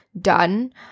done